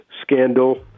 scandal